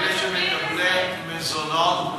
כאלה שמקבלות מזונות,